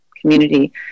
community